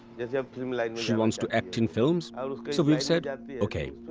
um like she wants to act in films so we've said ok,